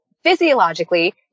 physiologically